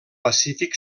pacífic